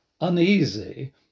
uneasy